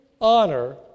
honor